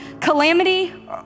calamity